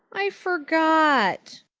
i forgot,